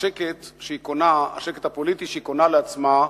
השקט שהיא קונה, השקט הפוליטי שהיא קונה לעצמה,